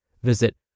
Visit